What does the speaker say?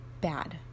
Bad